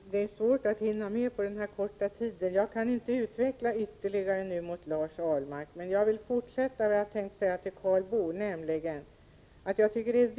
Herr talman! Det är svårt att hinna med någonting på den korta tid som står till förfogande. Jag kan inte nu utveckla mitt resonemang ytterligare, Lars Ahlmark. Jag vill emellertid säga det som jag hade tänkt säga till Karl Boo, nämligen att jag tycker att det är